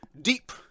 deep